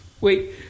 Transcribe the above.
Wait